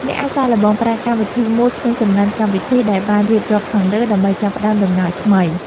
អ្នកអាចសាកល្បងប្រើកម្មវិធីមួយក្នុងចំណោមកម្មវិធីដែលបានរៀបរាប់ខាងលើដើម្បីចាប់ផ្តើមដំណើរថ្មី។